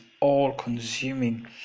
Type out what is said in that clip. all-consuming